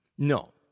No